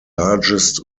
largest